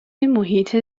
محیط